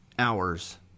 hours